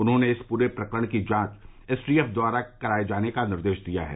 उन्होंने इस पूरे प्रकरण की जांच एस टी एफ द्वारा कराये जाने का निर्देश दिया है